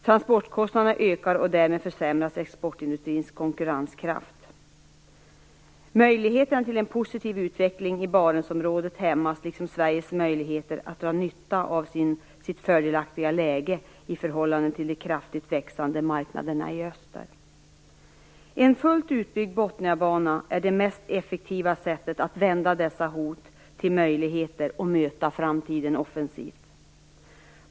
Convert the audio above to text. Transportkostnaderna ökar, och därmed försämras exportindustrins konkurrenskraft. Möjligheterna till en positiv utveckling i Barentsområdet hämmas liksom Sveriges möjligheter att dra nytta av sitt fördelaktiga läge i förhållande till de kraftigt växande marknaderna i öster. En fullt utbyggd Botniabana är det mest effektiva sättet att vända dessa hot till möjligheter att möta framtiden offensivt.